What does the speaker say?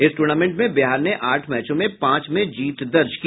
इस टूर्नामेंट में बिहार ने आठ मैचों में पांच में जीत दर्ज की